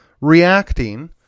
reacting